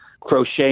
Crochet